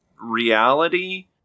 reality